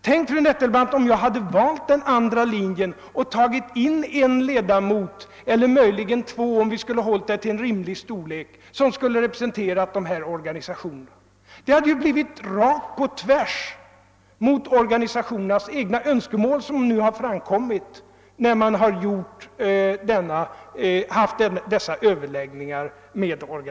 Tänk, fru Nettelbrandt, om jag hade valt den andra linjen och tagit in en ledamot eller möjligen två — om vi skulle ha hållit oss till en representation av rimlig storlek — som skulle ha företrätt dessa organisationer! Det hade ju blivit tvärtemot organisationernas egna önskemål som framkommit när man haft överläggningar med dem.